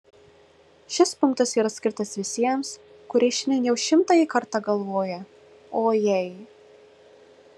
šis punktas yra skirtas visiems kurie šiandien jau šimtąjį kartą galvoja o jei